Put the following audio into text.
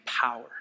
power